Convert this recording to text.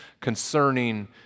concerning